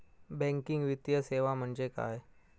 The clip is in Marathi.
बँकिंग वित्तीय सेवा म्हणजे काय?